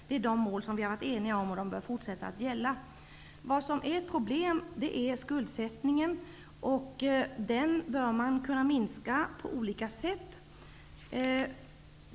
Det är de mål vi har varit eniga om. De bör gälla även fortsättningsvis. Skuldsättningen är ett problem. Den bör man kunna minska på olika sätt.